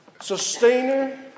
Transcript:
sustainer